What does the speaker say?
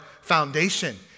foundation